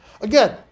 Again